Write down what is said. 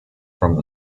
from